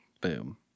Boom